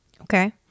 Okay